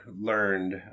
learned